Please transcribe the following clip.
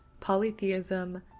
polytheism